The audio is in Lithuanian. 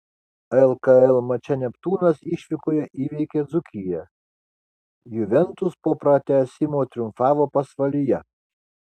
lkl mače neptūnas išvykoje įveikė dzūkiją juventus po pratęsimo triumfavo pasvalyje